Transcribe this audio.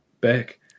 back